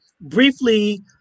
Briefly